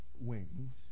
wings